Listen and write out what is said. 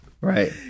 right